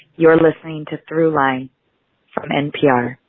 you're listening to throughline from npr.